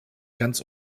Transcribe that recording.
ganz